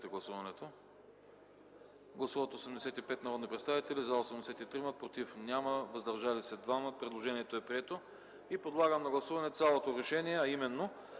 гласувайте. Гласували 85 народни представители: за 83, против няма, въздържали се 2. Предложението е прието. Подлагам на гласуване цялото решение, а именно: